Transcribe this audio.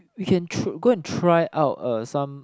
we can try go and try out uh some